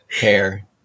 hair